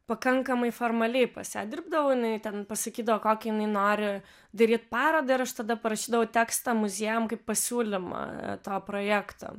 pakankamai formaliai pas ją dirbdavau jinai ten pasakydavo kokią jinai nori daryti parodą ir aš tada parašydavau tekstą muziejam kaip pasiūlymą to projekto